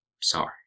sorry